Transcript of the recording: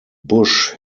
bush